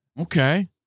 Okay